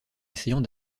essayant